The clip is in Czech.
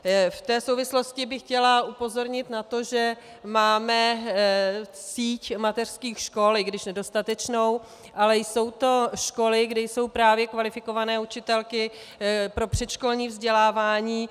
V té souvislosti bych chtěla upozornit na to, že máme síť mateřských škol, i když nedostatečnou, ale jsou to školy, kde jsou právě kvalifikované učitelky pro předškolní vzdělávání.